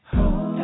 Hold